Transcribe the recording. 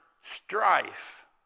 strife